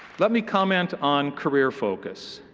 let me comment on career focus.